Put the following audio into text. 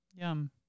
Yum